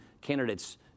candidates